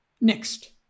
Next